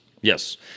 yes